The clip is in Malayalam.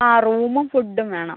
ആ റൂമും ഫുഡും വേണം